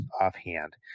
offhand